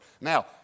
Now